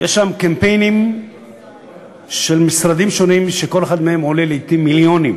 יש קמפיינים של משרדים שונים שכל אחד מהם עולה לעתים מיליונים.